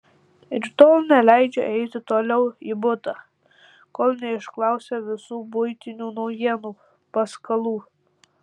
ir tol neleidžia eiti toliau į butą kol neišklausia visų buitinių naujienų paskalų